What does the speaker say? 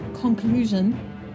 conclusion